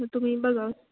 तर तुम्ही बघा